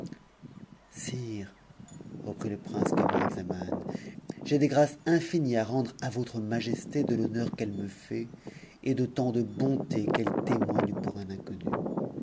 reprit le prince camaralzaman j'ai des grâces infinies a rendre à votre majesté de l'honneur qu'elle me fait et de tant de bontés qu'elle témoigne pour un inconnu